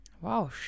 Wow